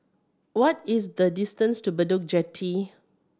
what is the distance to Bedok Jetty